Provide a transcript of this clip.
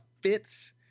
fits